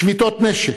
שביתות נשק.